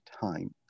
time